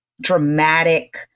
dramatic